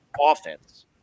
offense